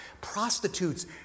prostitutes